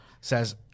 says